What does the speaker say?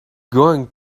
going